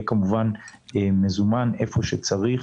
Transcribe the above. ושיהיה מזומן איפה שצריך,